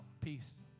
Peace